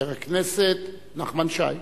חבר הכנסת נחמן שי.